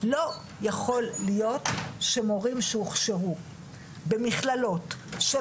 לא יכול להיות שמורים שהוכשרו במכללות של